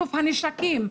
איסוף הנשקים,